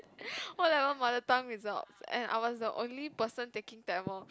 o-level mother tongue results and I was the only person taking tamil